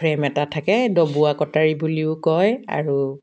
frame এটা থাকে ডবোৱা কটাৰী বুলিও কয় আৰু